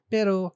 Pero